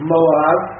Moab